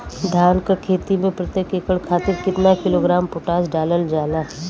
धान क खेती में प्रत्येक एकड़ खातिर कितना किलोग्राम पोटाश डालल जाला?